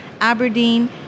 Aberdeen